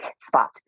spot